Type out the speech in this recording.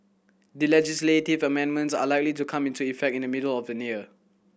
the legislative amendments are likely to come into effect in the middle of the year